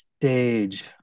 stage